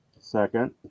Second